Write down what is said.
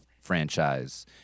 franchise